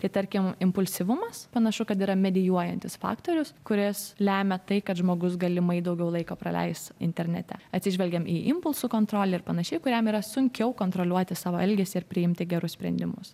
kai tarkim impulsyvumas panašu kad yra medijuojantis faktorius kuris lemia tai kad žmogus galimai daugiau laiko praleis internete atsižvelgiam į impulsų kontrolei ir panašiai kuriam yra sunkiau kontroliuoti savo elgesį ir priimti gerus sprendimus